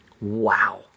Wow